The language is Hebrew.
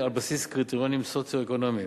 על בסיס קריטריונים סוציו-אקונומיים.